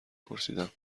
پرسیدم